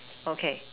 okay